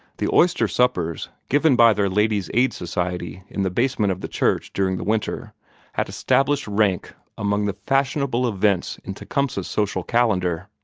the oyster suppers given by their ladies' aid society in the basement of the church during the winter had established rank among the fashionable events in tecumseh's social calendar.